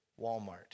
Walmart